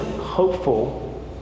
hopeful